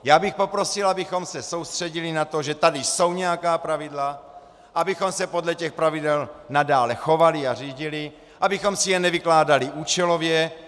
Já bych poprosil, abychom se soustředili na to, že tady jsou nějaká pravidla, abychom se podle těch pravidel nadále chovali a řídili, abychom si je nevykládali účelově.